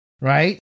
right